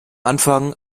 anfang